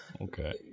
Okay